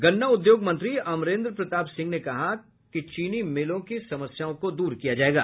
गन्ना उद्योग मंत्री अमरेन्द्र प्रताप सिंह ने कहा है कि चीनी मिलों की समस्याओं को दूर किया जायेगा